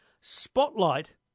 Spotlight